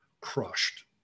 crushed